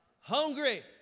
hungry